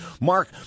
Mark